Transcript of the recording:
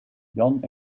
jan